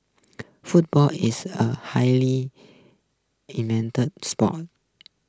football is a highly sport